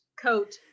coat